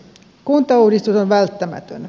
kuntauudistus on välttämätön